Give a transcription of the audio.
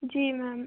जी ma'am